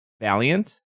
Valiant